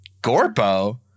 Gorpo